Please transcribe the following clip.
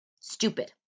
Stupid